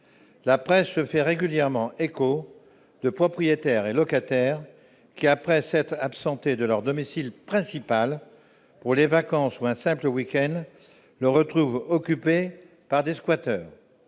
la presse fait régulièrement écho de propriétaires et locataires qui après s'être absenté de leur domicile principal pour les vacances ou un simple week-end, le retrouve occupé par des squatters,